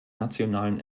nationalen